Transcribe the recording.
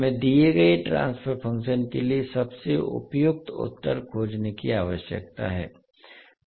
हमें दिए गए ट्रांसफर फंक्शन के लिए सबसे उपयुक्त उत्तर खोजने की आवश्यकता है